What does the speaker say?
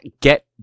get